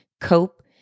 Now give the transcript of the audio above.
cope